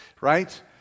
right